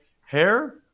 hair